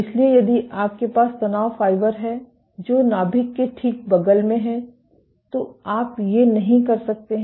इसलिए यदि आपके पास तनाव फाइबर हैं जो नाभिक के ठीक बगल में हैं तो आप ये नहीं कर सकते हैं